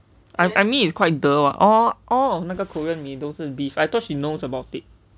I mean it's quite !duh! though all of 那个 korean 迷都是 beef I thought she knows about it